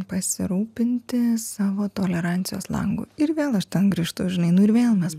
pasirūpinti savo tolerancijos langu ir vėl aš ten grįžtu žinai nu ir vėl mes